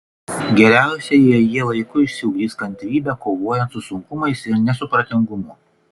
geriausia jei jie laiku išsiugdys kantrybę kovojant su sunkumais ir nesupratingumu